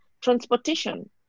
Transportation